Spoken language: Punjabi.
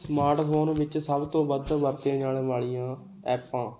ਸਮਾਰਟਫੋਨ ਵਿੱਚ ਸਭ ਤੋਂ ਵੱਧ ਵਰਤੀਆਂ ਜਾਣ ਵਾਲੀਆਂ ਐਪਾਂ